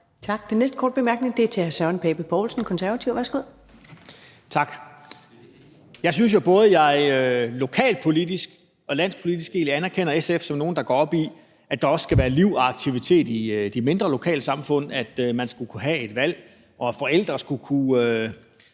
Tak. Den næste korte bemærkning er til hr. Søren Pape Poulsen, Konservative. Værsgo. Kl. 14:42 Søren Pape Poulsen (KF): Tak. Jeg synes jo, både jeg lokalpolitisk og landspolitisk egentlig anerkender SF som nogle, der går op i, at der også skal være liv og aktivitet i de mindre lokalsamfund, at man skal kunne have et valg, og at forældre skal kunne